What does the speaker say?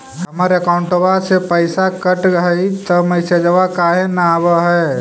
हमर अकौंटवा से पैसा कट हई त मैसेजवा काहे न आव है?